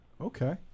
Okay